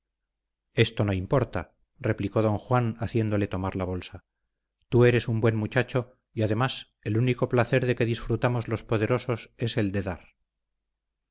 eso no importa replicó don juan haciéndole tomar la bolsa tú eres un buen muchacho y además el único placer de que disfrutamos los poderosos es él de dar